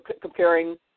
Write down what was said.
comparing